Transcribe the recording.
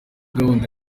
gahunda